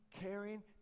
caring